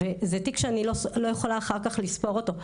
זה תיק שאני לא יכולה אחר כך לספור אותו.